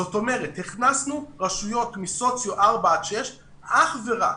זאת אומרת, הכנסנו רשויות מסוציו 4 עד 6 אך ורק